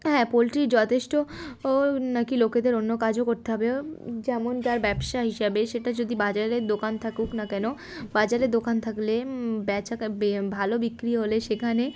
হ্যাঁ পোলট্রি যথেষ্ট নাকি লোকেদের অন্য কাজও করতে হবে যেমন য ব্যবসা হিসাবে সেটা যদি বাজারের দোকান থাকুক না কেন বাজারের দোকান থাকলে বেচা ভালো বিক্রি হলে সেখানে